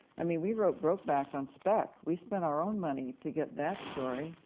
i mean, we wrote brokeback on spec. we spent our own money to get that story.